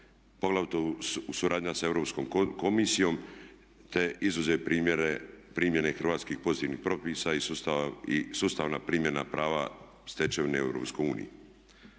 poglavito u suradnji sa Europskom komisijom te izuzev primjene hrvatskih pozitivnih propisa i sustavna primjena prava stečevine u EU.